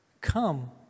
come